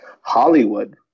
hollywood